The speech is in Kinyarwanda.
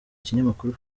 kinyamakuru